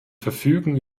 verfügen